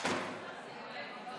אין מתנגדים.